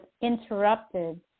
interrupted